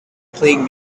playing